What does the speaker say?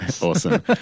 Awesome